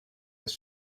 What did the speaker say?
des